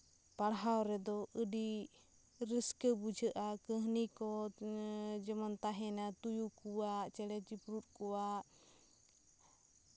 ᱯᱟᱲᱦᱟᱣ ᱨᱮᱫᱚ ᱟᱹᱰᱤ ᱨᱟᱹᱥᱠᱟᱹ ᱵᱩᱡᱷᱟᱹᱜᱼᱟ ᱠᱟᱹᱦᱱᱤ ᱠᱚ ᱡᱮᱢᱚᱱ ᱛᱟᱦᱮᱱᱟ ᱛᱩᱭᱩ ᱠᱚ ᱪᱮᱬᱮ ᱪᱤᱯᱲᱩᱫ ᱠᱚᱣᱟᱜ